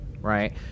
Right